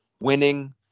winning